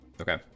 Okay